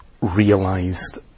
realised